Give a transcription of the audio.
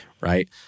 Right